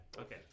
Okay